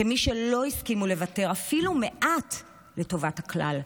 כמי שלא הסכימו לוותר אפילו מעט לטובת הכלל,